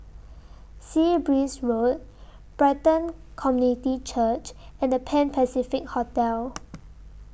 Sea Breeze Road Brighton Community Church and The Pan Pacific Hotel